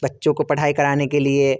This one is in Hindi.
बच्चों को पढ़ाई कराने के लिए